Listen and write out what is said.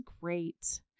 great